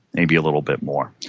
maybe a little bit more.